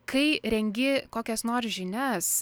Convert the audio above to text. kai rengi kokias nors žinias